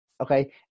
Okay